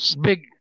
big